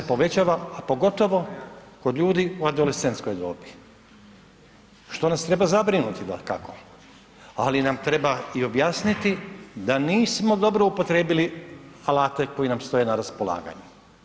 On se povećava, a pogotovo kod ljudi u adolescentskoj dobi što nas treba zabrinuti dakako, ali nam treba i objasniti da nismo dobro upotrijebili alate koji nam stoje na raspolaganju.